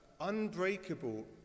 unbreakable